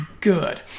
good